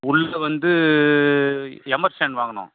உள்ளே வந்து எமர்சன் வாங்கணும்